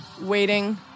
waiting